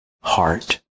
heart